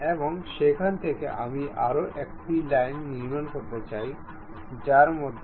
এবং সেখান থেকে আমি আরও একটি লাইন নির্মাণ করতে চাই যা এর মধ্য দিয়ে যায় এবং এটি ট্যান্জেন্ট